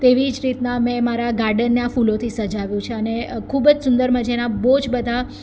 તેવી જ રીતના મેં મારા ગાર્ડનને આ ફૂલોથી સજાવ્યું છે અને ખૂબ જ સુંદર મજાના બહુ જ બધા